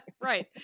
right